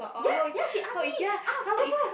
ya ya she ask me ah that's why